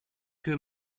que